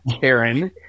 Karen